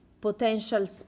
Potential